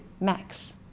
max